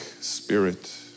spirit